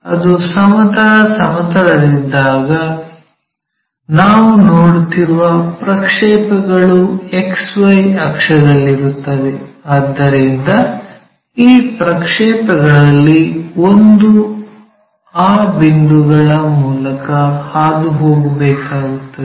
ಅದು ಸಮತಲ ಸಮತಲದಲ್ಲಿದ್ದಾಗ ನಾವು ನೋಡುತ್ತಿರುವ ಪ್ರಕ್ಷೇಪಗಳು XY ಅಕ್ಷದಲ್ಲಿರುತ್ತವೆ ಆದ್ದರಿಂದ ಈ ಪ್ರಕ್ಷೇಪಗಳಲ್ಲಿ ಒಂದು ಆ ಬಿಂದುಗಳ ಮೂಲಕ ಹಾದುಹೋಗಬೇಕಾಗುತ್ತದೆ